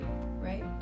Right